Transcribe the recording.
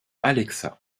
alexa